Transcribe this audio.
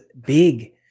big